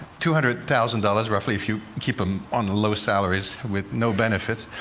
two hundred thousand dollars roughly, if you keep them on the low salaries with no benefits.